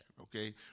okay